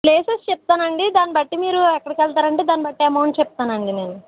places చెప్తాను అండి దాన్ని బట్టి మీరు ఎక్కడికి వెళ్తారు అంటే దాన్ని బట్టి అమౌంట్ చెప్తాను అండి నేను